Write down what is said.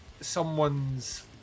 someone's